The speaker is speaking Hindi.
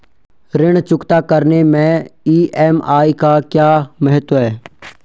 ऋण चुकता करने मैं ई.एम.आई का क्या महत्व है?